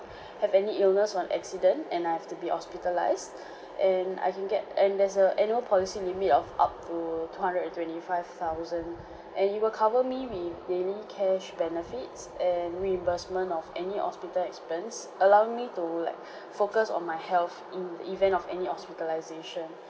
have any illness or an accident and I have to be hospitalised and I can get and there's a annual policy limit of up to two hundred and twenty-five thousand and it will cover me with daily cash benefits and reimbursement of any hospital expense allowing me to like focus on my health in the event of any of hospitalisation